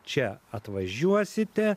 čia atvažiuosite